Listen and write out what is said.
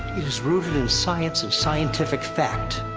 it is rooted in science and scientific fact.